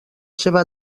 seva